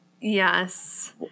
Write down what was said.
yes